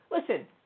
Listen